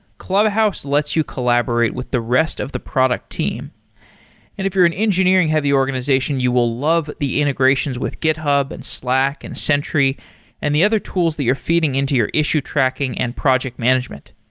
clubhouse lets you collaborate with the rest of the product team. and if you're an engineering-heavy organization, you will love the integrations with github, and slack, and sentry and the other tools that you're feeding into your issue tracking and project management.